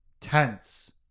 tense